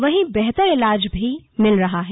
वहीं बेहतर इलाज भी मिल पा रहा है